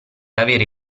avere